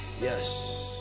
yes